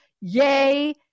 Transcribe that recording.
yay